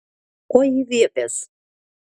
ko ji viepias